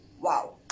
Wow